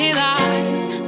lies